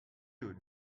you